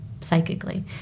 psychically